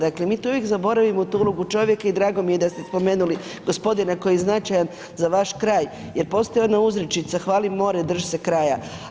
Dakle, mi tu uvijek zaboravimo tu ulogu čovjeka i drago mi je da ste spomenuli gospodina koji je značajan za vaš kraj jer postoji jedna uzrečica, hvali more, drž' se kraja.